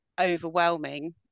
overwhelming